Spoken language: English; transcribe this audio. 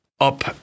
up